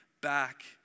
back